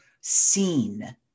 seen